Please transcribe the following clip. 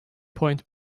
point